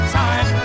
time